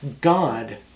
God